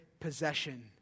possession